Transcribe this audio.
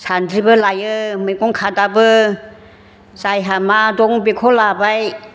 सान्द्रिबो लायो मैगं खादाबो जायहा मा दं बेखौ लाबाय